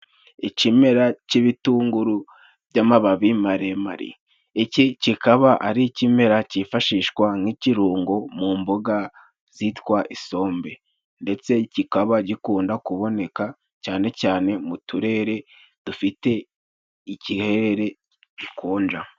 Ikimera c'ibitunguru by'amababi maremare. Iki kikaba ari ikimera cyifashishwa nk'ikirungo mu mboga zitwa isombe, ndetse kikaba gikunda kuboneka cyane cyane mu turere dufite ikihere gikonja.